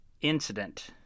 incident